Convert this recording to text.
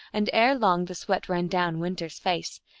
and ere long the sweat ran down winter s face,